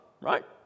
right